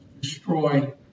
destroy